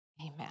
Amen